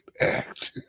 Act